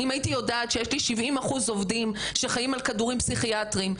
אם הייתי יודעת שיש לי 70 אחוז עובדים שחיים על כדורים פסיכיאטריים,